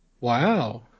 Wow